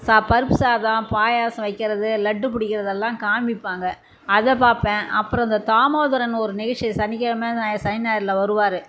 சா பருப்புசாதம் பாயசம் வைக்கிறது லட்டு பிடிக்கிறதெல்லாம் காமிப்பாங்க அதை பார்ப்பேன் அப்புறம் அந்த தாமோதரன் ஒரு நிகழ்ச்சி சனிக்கெழமை சனி ஞாயிறில் வருவார்